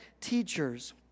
teachers